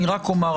אני רק אומר,